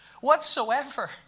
whatsoever